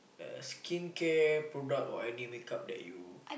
uh skincare product or any make up that you